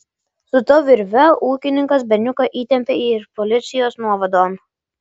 su ta virve ūkininkas berniuką įtempė ir policijos nuovadon